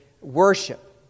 worship